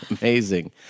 amazing